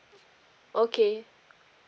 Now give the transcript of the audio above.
okay